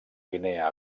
guinea